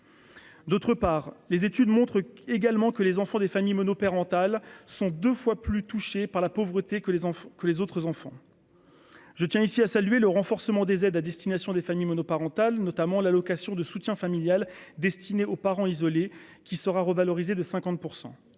d'autre part, les études montrent également que les enfants des familles monoparentales sont 2 fois plus touchés par la pauvreté, que les enfants que les autres enfants je tiens ici à saluer le renforcement des aides à destination des familles monoparentales notamment l'allocation de soutien familial destiné aux parents isolés, qui sera revalorisée de 50